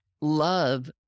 love